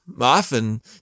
often